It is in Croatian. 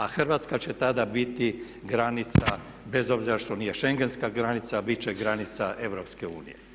A Hrvatska će tada biti granica bez obzira što nije schengenska granica bit će granica EU.